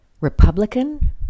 Republican